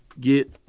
get